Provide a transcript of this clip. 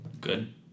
Good